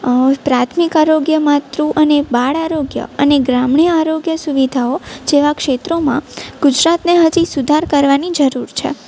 પ્રાથમિક આરોગ્ય માતૃ અને બાળ આરોગ્ય અને ગ્રામ્ય આરોગ્ય સુવિધાઓ જેવાં ક્ષેત્રોમાં ગુજરાતને હજી સુધાર કરવાની જરૂર છે